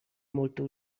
molto